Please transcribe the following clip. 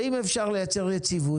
ואם אפשר לייצר יציבות,